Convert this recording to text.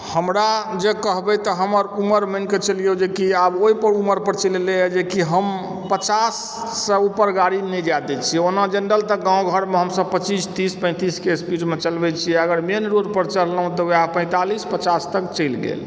हमरा जे कहबै तऽ हमर उम्र मानिके चलिऔ जेकि आब ओहि पर उमर पर चलि एलयए जेकि हम पचाससँ ऊपर गाड़ी नहि जाइ दैत छियै ओना जेनरल तऽ गाँव घरमे हमसभ पच्चीस तीस पैंतीसके स्पीडमे चलबै छियै अगर मेन रोड पर चढलहुँ तऽ वएह पैंतालिस पचास तक चलि गेल